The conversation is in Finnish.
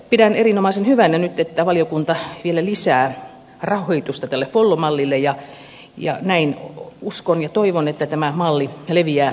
pidän erinomaisen hyvänä nyt että valiokunta vielä lisää rahoitusta tälle follo mallille ja näin uskon ja toivon että tämä malli leviää pikkuhiljaa koko maahan